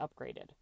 upgraded